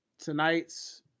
Tonight's